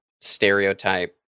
stereotype